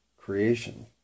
Creation